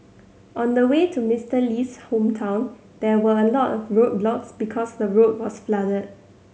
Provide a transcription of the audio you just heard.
on the way to Mister Lee's hometown there were a lot of roadblocks because the road was flooded